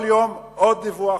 כל יום יש עוד דיווח,